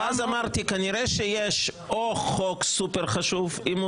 ואז אמרתי: כנראה שיש חוק סופר חשוב אם הוא